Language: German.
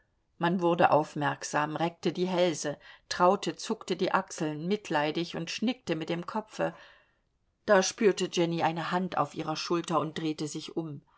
man wurde aufmerksam reckte die hälse traute zuckte die achseln mitleidig und schnickte mit dem kopfe da spürte jenny eine hand auf ihrer schulter und drehte sich um